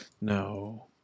No